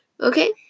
okay